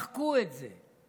מחקו את זה.